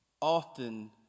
often